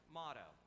motto